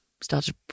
Started